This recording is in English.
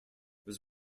was